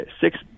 six